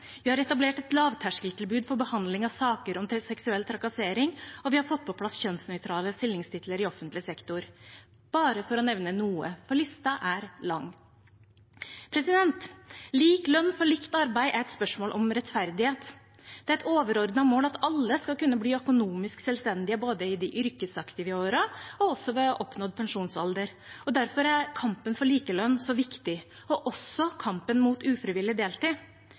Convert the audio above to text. vi har etablert et lavterskeltilbud for behandling av saker om seksuell trakassering, og vi har fått på plass kjønnsnøytrale stillingstitler i offentlig sektor – bare for å nevne noe. For lista er lang. Lik lønn for likt arbeid er et spørsmål om rettferdighet. Det er et overordnet mål at alle skal kunne bli økonomisk selvstendige, både i de yrkesaktive årene og også ved oppnådd pensjonsalder. Derfor er kampen for likelønn så viktig, og også kampen mot ufrivillig deltid.